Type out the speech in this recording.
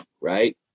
right